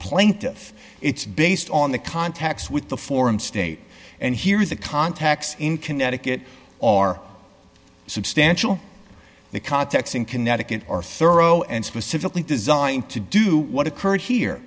plaintiff it's based on the contacts with the foreign state and here is the contacts in connecticut or substantial the context in connecticut or thorough and specifically designed to do what occurred here